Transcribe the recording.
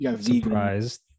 surprised